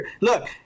Look